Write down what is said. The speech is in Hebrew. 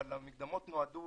אבל המקדמות נועדו